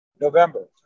November